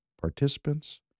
participants